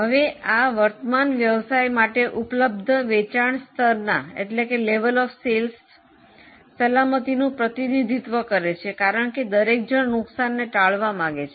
હવે આ વર્તમાન વ્યવસાય માટે ઉપલબ્ધ વેચાણ સ્તરના સલામતીનું પ્રતિનિધિત્વ કરે છે કારણ કે દરેક જણ નુકસાનને ટાળવા માંગે છે